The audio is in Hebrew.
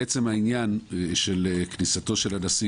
לעצם עניין כניסתו של הנשיא,